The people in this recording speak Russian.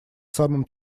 самым